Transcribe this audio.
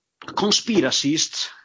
conspiracists